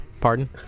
Pardon